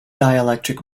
dielectric